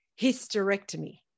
hysterectomy